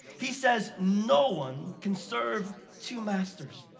he says, no one can serve two masters.